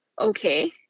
okay